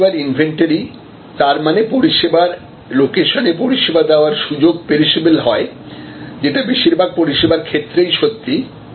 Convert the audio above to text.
পরিষেবার ইনভেন্টরি তার মানে পরিষেবার লোকেশনে পরিষেবা দেওয়ার সুযোগ পেরিশবল হয় যেটা বেশিরভাগ পরিষেবার ক্ষেত্রেই সত্যি